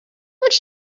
much